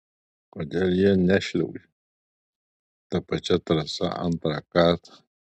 kodėl jie nešliuožė ta pačia trasa antrą kartą